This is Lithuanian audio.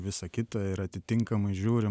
visa kita ir atitinkamai žiūrim